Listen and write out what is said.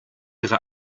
ihre